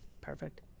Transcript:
Perfect